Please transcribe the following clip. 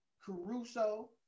Caruso